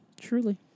truly